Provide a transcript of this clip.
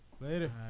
Later